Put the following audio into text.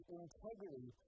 integrity